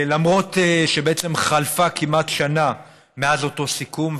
למרות שבעצם חלפה כמעט שנה מאז אותו סיכום,